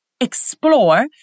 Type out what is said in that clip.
explore